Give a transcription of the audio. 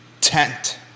Tent